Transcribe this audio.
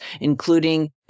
including